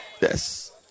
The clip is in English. Yes